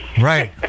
Right